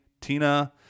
tina